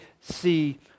see